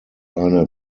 eine